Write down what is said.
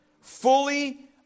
fully